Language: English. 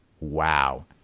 Wow